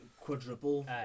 quadruple